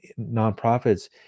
nonprofits